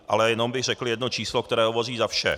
Ale jenom bych řekl jedno číslo, které hovoří za vše.